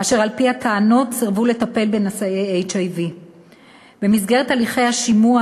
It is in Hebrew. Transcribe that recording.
אשר על-פי הטענות סירבו לטפל בנשאי HIV. במסגרת הליכי השימוע